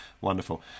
wonderful